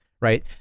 Right